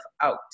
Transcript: out